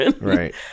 Right